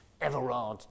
Everard